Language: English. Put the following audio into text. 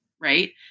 right